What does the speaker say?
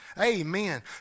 Amen